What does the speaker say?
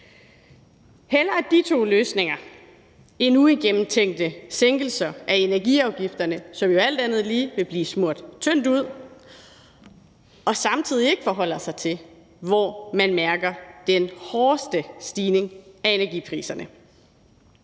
Hellere de to løsninger end uigennemtænkte sænkelser af energiafgifterne, som jo alt andet lige vil blive smurt tyndt ud og samtidig ikke forholder sig til, hvor man mærker den hårdeste stigning i energipriserne.